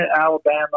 Alabama